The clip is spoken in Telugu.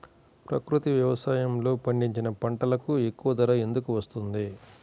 ప్రకృతి వ్యవసాయములో పండించిన పంటలకు ఎక్కువ ధర ఎందుకు వస్తుంది?